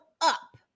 up